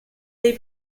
dei